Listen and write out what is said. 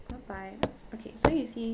bye bye okay so you see